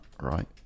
right